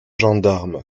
gendarmes